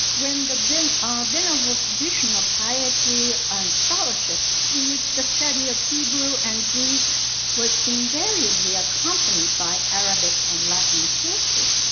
when the ah venerable tradition of piety and scholarship in which the study of hebrew and greek was invariably accompanied by arabic and latin sources,